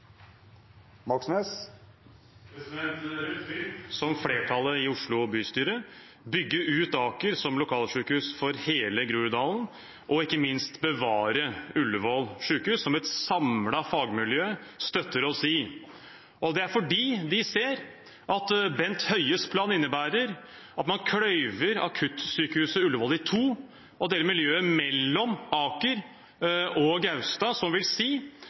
Moxnes – til oppfølgingsspørsmål. Rødt vil, som flertallet i Oslo bystyre, bygge ut Aker som lokalsykehus for hele Groruddalen, og ikke minst bevare Ullevål sykehus, noe et samlet fagmiljø støtter oss i. Det er fordi de ser at Bent Høies plan innebærer at man kløyver akuttsykehuset Ullevål i to og deler miljøet mellom Aker og Gaustad, som vil si